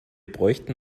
bräuchten